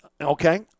okay